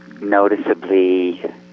noticeably